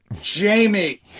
Jamie